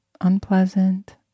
unpleasant